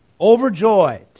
overjoyed